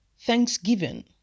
thanksgiving